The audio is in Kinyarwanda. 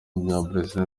w’umunyabrazil